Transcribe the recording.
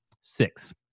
Six